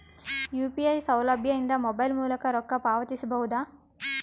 UPI ಸೌಲಭ್ಯ ಇಂದ mobile ಮೂಲಕ ರೊಕ್ಕ ಪಾವತಿಸ ಬಹುದಾ?